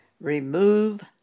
Remove